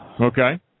Okay